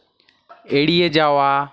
এড়িয়ে যাওয়া